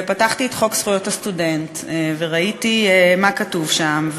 ופתחתי את חוק זכויות הסטודנט וראיתי מה כתוב שם,